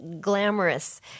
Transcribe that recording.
glamorous